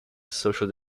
social